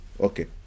Okay